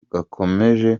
gakomeje